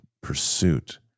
pursuit